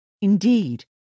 Indeed